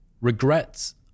Regrets